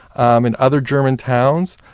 um in other german towns,